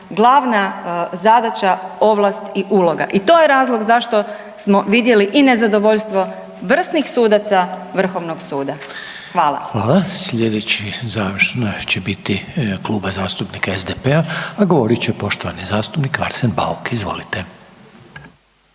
glavna zadaća ovlast i uloga. I to je razlog zašto smo vidjeli i nezadovoljstvo vrsnih sudaca Vrhovnog suda. Hvala. **Reiner, Željko (HDZ)** Hvala. Sljedeći završno će biti kluba zastupnika SDP-a a govorit će poštovani zastupnik Arsen Bauk. Izvolite.